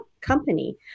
company